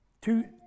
Two